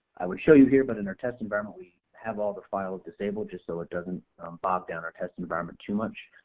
i would show you here but in our test environment we have all the files disabled so just so it doesn't bog down our test environment too much.